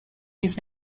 his